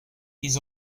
ils